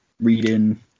reading